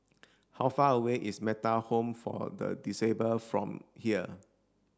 how far away is Metta Home for the Disabled from here